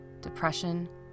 depression